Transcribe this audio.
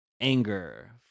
anger